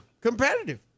Competitive